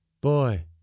Boy